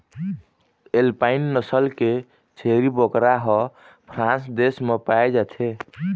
alpine नसल के छेरी बोकरा ह फ्रांस देश म पाए जाथे